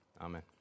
amen